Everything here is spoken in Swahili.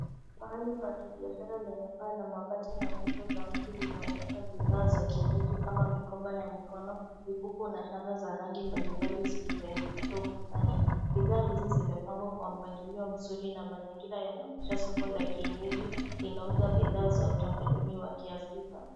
Pahali pa kibiashara lenye paa la mabati na nguzo za miti inaonyesha bidhaa za kienyeji kama mikoba ya mikono, mkufu na shanga za rangi mbalimbali zilivyoingia ukutani bidhaa hizi zimepangwa kwa mpangilio mzuri na mazingira yanayoonyesha soko la kienyeji linauza bidhaa za utamaduni wa kiafrika.